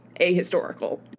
ahistorical